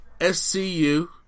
SCU